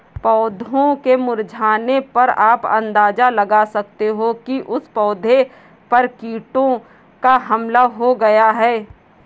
पौधों के मुरझाने पर आप अंदाजा लगा सकते हो कि उस पौधे पर कीटों का हमला हो गया है